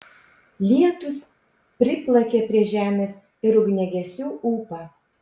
lietūs priplakė prie žemės ir ugniagesių ūpą